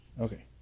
Okay